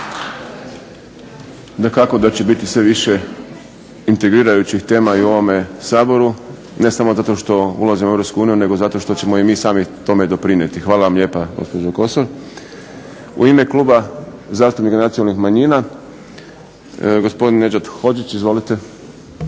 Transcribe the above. Hvala vam lijepa gospođo Kosor. U ime Kluba zastupnika nacionalnih manjina gospodin Nedžad Hodžić. Izvolite.